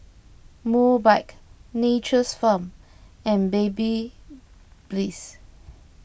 Mobike Nature's Farm and Babyliss